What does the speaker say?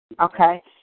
Okay